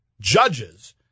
judges